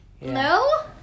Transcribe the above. No